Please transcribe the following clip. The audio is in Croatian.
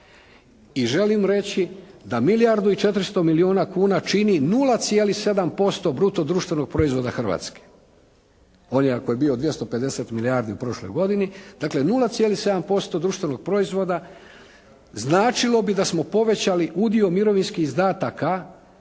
I želim reći da milijardu i 400 milijuna kuna čini 0,7% bruto društvenog proizvoda Hrvatske. On je, ako je bio 250 milijardi u prošloj godini dakle 0,7% društvenog proizvoda značilo bi da smo povećali udio mirovinskih izdataka